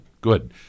Good